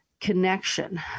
connection